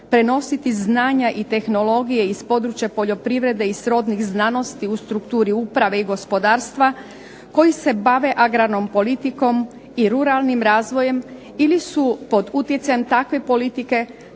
prenositi znanja i tehnologije iz područja poljoprivrede i srodnih znanosti u strukturi uprave i gospodarstva, koji se bave agrarnom politikom i ruralnim razvojem ili su pod utjecajem takve politike